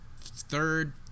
third